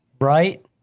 right